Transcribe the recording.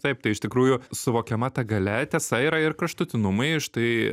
taip tai iš tikrųjų suvokiama ta galia tiesa yra ir kraštutinumai štai